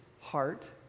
heart